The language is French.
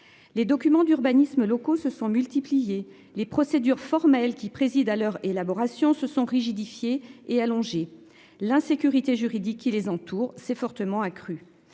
Les documents d'urbanisme locaux se sont multipliés les procédures formelles qui préside à leur élaboration se sont rigidifiés et allonger l'insécurité juridique qui les entourent s'est fortement accrue.